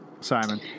Simon